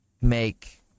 make